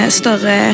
större